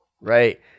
right